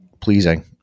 pleasing